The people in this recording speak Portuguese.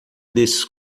desses